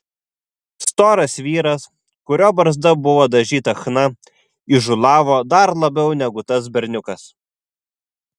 storas vyras kurio barzda buvo dažyta chna įžūlavo dar labiau negu tas berniukas